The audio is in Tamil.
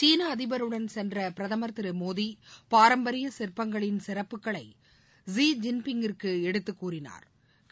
சீன அதிபருடன் சென்ற பிரதமர் மோடி பாரம்பரிய சிற்பங்களின் சிறப்புகளை ஷி பிங்கிடம் எடுத்து கூறினாள்